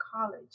College